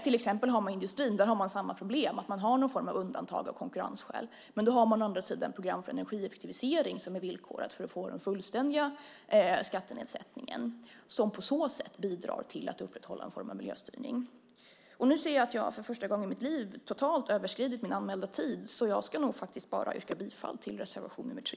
I industrin till exempel har man samma problem, nämligen att man har någon form av undantag av konkurrensskäl, men då har man å andra sidan program för energieffektivisering som villkor för att få fullständig skattenedsättning som på så sätt bidrar till att upprätthålla en form av miljöstyrning. Nu ser jag att jag för första gången i mitt liv totalt har överskridit min anmälda talartid, så jag ska nog faktiskt bara yrka bifall till reservation nr 3.